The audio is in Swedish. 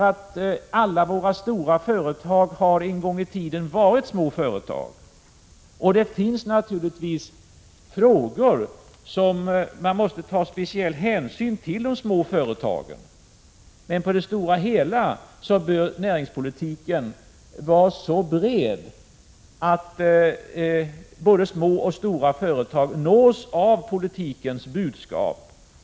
Alla våra stora företag har en gång i tiden varit små företag. Det finns naturligtvis frågor där man måste ta speciell hänsyn till de små företagen. Men på det stora hela bör näringspolitiken vara så bred att både små och stora företag nås av politikens budskap.